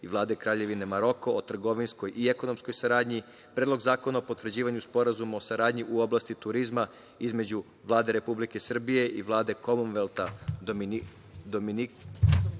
i Vlade Kraljevine Maroko o trgovinskoj i ekonomskoj saradnji, Predlog zakona o potvrđivanju Sporazuma o saradnji u oblasti turizma između Vlade Republike Srbije i Vlade Komonvelta Dominikane